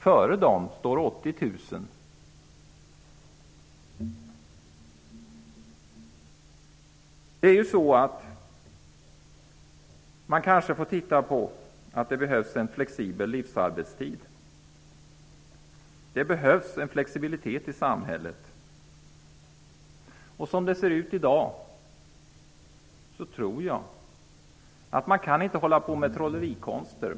Före dem står ytterligare 80 000. Man kanske får titta på lösningen med flexibel livsarbetstid. Det behövs en flexibilitet i samhället. Som det ser ut i dag går det inte att hålla på med trollerikonster.